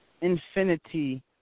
infinity